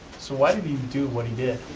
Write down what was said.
so why did he do what he did?